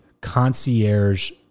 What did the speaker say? concierge